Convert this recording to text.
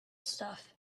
stuff